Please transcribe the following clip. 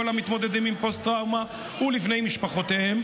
למתמודדים עם פוסט-טראומה ולבני משפחותיהם,